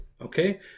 Okay